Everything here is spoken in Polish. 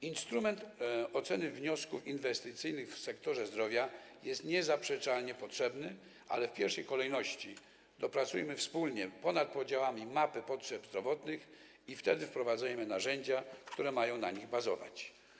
Instrument oceny wniosków inwestycyjnych w sektorze zdrowia jest niezaprzeczalnie potrzebny, ale w pierwszej kolejności dopracujmy wspólnie, ponad podziałami, mapy potrzeb zdrowotnych, i wtedy wprowadzajmy narzędzia, które mają na nich bazować.